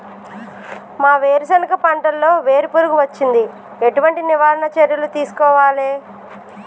మా వేరుశెనగ పంటలలో వేరు పురుగు వచ్చింది? ఎటువంటి నివారణ చర్యలు తీసుకోవాలే?